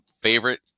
favorite